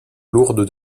lourde